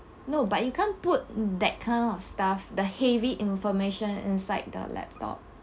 no but you can't put that kind of stuff the heavy information inside the laptop